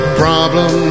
problem